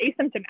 asymptomatic